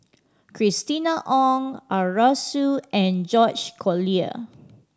Christina Ong Arasu and George Collyer